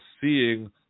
seeing